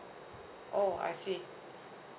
oh I see